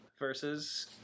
versus